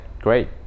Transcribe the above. Great